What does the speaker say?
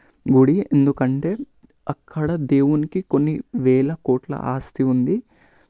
గుడి ఎందుకంటే అక్కడ దేవునికి కొన్ని వేల కోట్ల ఆస్తి ఉంది